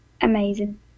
amazing